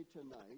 tonight